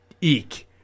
eek